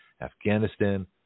Afghanistan